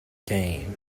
game